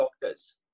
doctors